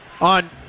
on